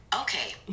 Okay